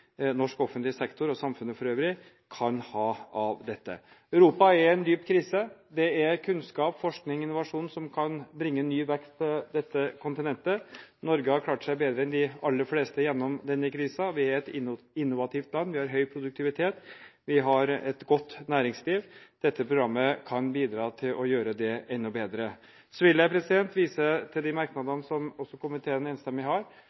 norsk offentlig sektor og samfunnet for øvrig kan ha av dette. Europa er i dyp krise. Det er kunnskap, forskning og innovasjon som kan bringe ny vekst til dette kontinentet. Norge har klart seg bedre gjennom krisen enn de aller fleste. Vi er et innovativt land, vi har høy produktivitet, og vi har et godt næringsliv. Dette programmet kan bidra til å gjøre det enda bedre. Jeg vil vise til de